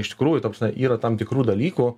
iš tikrųjų ta prasme yra tam tikrų dalykų